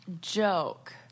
Joke